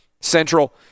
Central